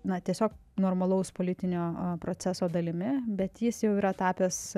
na tiesiog normalaus politinio proceso dalimi bet jis jau yra tapęs